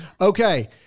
Okay